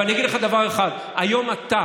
ואני אגיד לך דבר אחד: היום אתה,